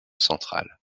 centrale